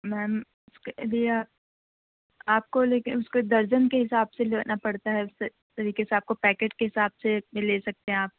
میم اس کے لیے آپ آپ کو لیکن اس کو درجن کے حساب سے لینا پڑتا ہے اس طریقے سے آپ کو پیکٹ کے حساب سے لے سکتے ہیں آپ